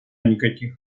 никаких